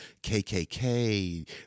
KKK